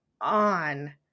on